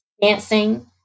dancing